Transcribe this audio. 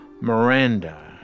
Miranda